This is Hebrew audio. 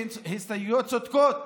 שהן הסתייגויות צודקות,